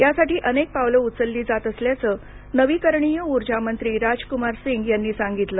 यासाठी अनेक पावलं उचलली जात असल्याचं नवीकरणीय ऊर्जा मंत्री राज कुमार सिंग यांनी सांगितलं